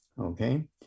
okay